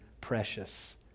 precious